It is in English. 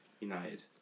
United